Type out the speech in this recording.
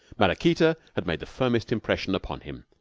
maraquita had made the firmest impression upon him.